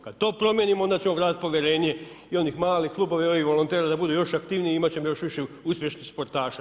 Kad to promijenimo onda ćemo vratiti povjerenje i onih malih klubovima i ovih volontera da budu još aktivniji, imat ćemo još više uspješnih sportaša.